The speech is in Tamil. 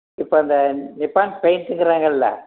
இப்போ அந்த நிப்பான் பெயிண்ட்டுங்கிறாங்கள்ல